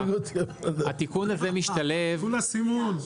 התיקון הזה משתלב --- תיקון הסימון.